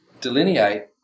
delineate